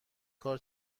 کار